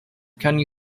can